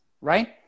right